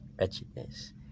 wretchedness